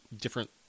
different